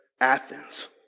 Athens